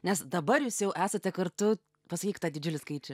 nes dabar jūs jau esate kartu pasakyk tą didžiulį skaičių